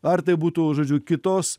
ar tai būtų žodžiu kitos